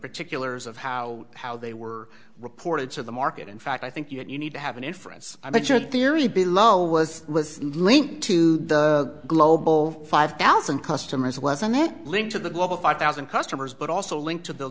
particulars of how how they were reported to the market in fact i think you need to have an inference i bet your theory below was linked to the global five thousand customers was a net link to the global five thousand customers but also linked to the